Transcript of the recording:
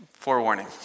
Forewarning